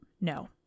No